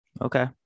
Okay